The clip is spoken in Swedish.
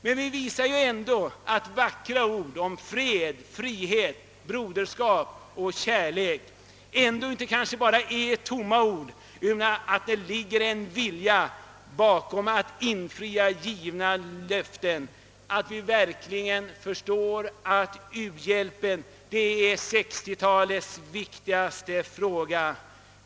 Men vi visar ändå att vackra ord om fred, frihet, broderskap och kärlek ändå kanske inte är tomma ord, utan att det bakom dem ligger en vilja att infria givna löften, att vi verkligen förstår att u-hjälpen är 1960-talets viktigaste fråga.